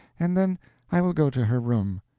and then i will go to her room.